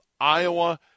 Iowa